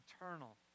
eternal